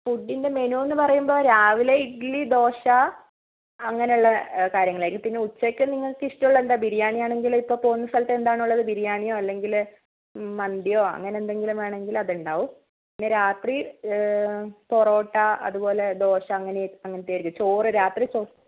ഫുഡിൻ്റെ മെനു എന്ന് പറയുമ്പോൾ രാവിലെ ഇഡ്ഡലി ദോശ അങ്ങനെയുള്ള കാര്യങ്ങളായിരിക്കും പിന്നെ ഉച്ചയ്ക്ക് നിങ്ങൾക്ക് ഇഷ്ടം ഉള്ളത് എന്താണ് ബിരിയാണി ആണെങ്കിൽ ഇപ്പോൾ പോവുന്ന സ്ഥലത്ത് എന്താണോ ഉള്ളത് ബിരിയാണിയോ അല്ലെങ്കിൽ മന്തിയോ അങ്ങനെ എന്തെങ്കിലും വേണമെങ്കിൽ അതുണ്ടാവും പിന്നെ രാത്രി പൊറോട്ട അതുപോലെ ദോശ അങ്ങനെ അങ്ങനത്തെ ആയിരിക്കും ചോറ് രാത്രി ചോറ്